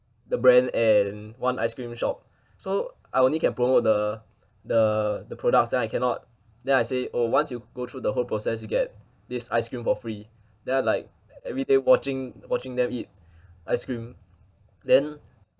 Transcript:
the brand and one ice cream shop so I only can promote the the the products then I cannot then I say oh once you go through the whole process you get this ice cream for free then I like every day watching watching them eat ice cream then